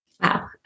Wow